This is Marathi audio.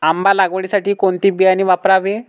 आंबा लागवडीसाठी कोणते बियाणे वापरावे?